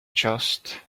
just